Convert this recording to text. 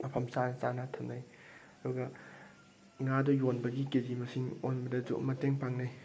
ꯃꯐꯝ ꯆꯥꯅ ꯆꯥꯅ ꯊꯝꯅꯩ ꯑꯗꯨꯗꯨꯒ ꯉꯥꯗꯣ ꯌꯣꯟꯕꯒꯤ ꯀꯦꯖꯤ ꯃꯁꯤꯡ ꯑꯣꯟꯕꯗꯁꯨ ꯃꯇꯦꯡ ꯄꯥꯡꯅꯩ